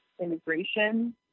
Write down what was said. Integration